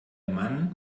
mann